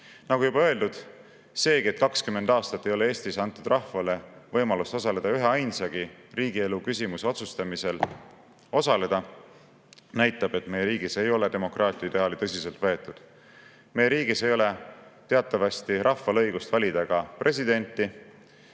Nagu juba öeldud, seegi, et 20 aastat ei ole Eestis antud rahvale võimalust osaleda üheainsagi riigielu küsimuse otsustamisel, näitab, et meie riigis ei ole demokraatia ideaali tõsiselt võetud. Meie riigis ei ole teatavasti rahval õigust valida ka presidenti,